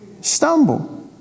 stumble